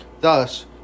thus